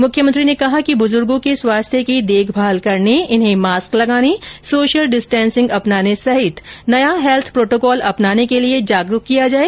मुख्यमंत्री ने कहा कि बुजुर्गो के स्वास्थ्य की देखभाल करने इन्हें मास्क लगाने सोशल डिस्टेसिंग अपनाने सहित नया हेल्थ प्रोटोकॉल अपनाने के लिए जागरूक किया जाए